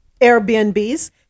Airbnbs